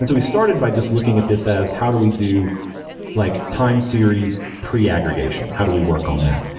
and we started by just looking at this as how do we do like time series pre-aggregation, how do we work on that?